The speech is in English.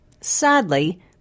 Sadly